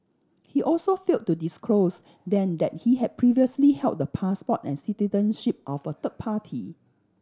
he also failed to disclose then that he had previously held the passport and citizenship of a third party